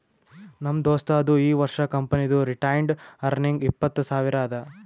ನಮ್ ದೋಸ್ತದು ಈ ವರ್ಷ ಕಂಪನಿದು ರಿಟೈನ್ಡ್ ಅರ್ನಿಂಗ್ ಇಪ್ಪತ್ತು ಸಾವಿರ ಅದಾ